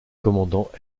commandant